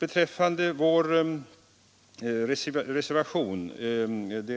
I vår reservation —